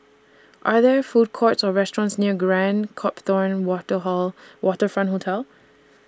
Are There Food Courts Or restaurants near Grand Copthorne Water Hall Waterfront Hotel